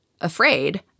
afraid